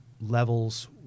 levels